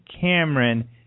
Cameron